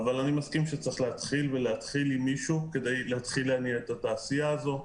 אבל אני מסכים שצריך להתחיל עם מישהו כדי להתחיל להניע את התעשייה הזו.